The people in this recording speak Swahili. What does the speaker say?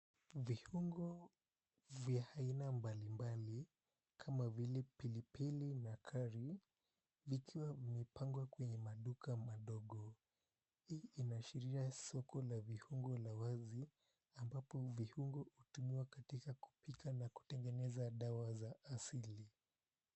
Viungo vya aina mbalimbali kama vile pilipili na kari, vikiwa vimepangwa kwenye maduka madogo. Hii inaashiria soko la viungo la wazi ambapo viungo hutumiwa katika kupika na kutengeneza dawa za asili.